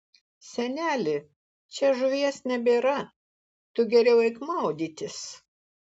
seneli čia žuvies nebėra tu geriau eik maudytis